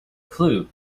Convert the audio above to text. clue